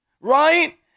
right